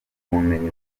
ubumenyi